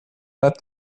let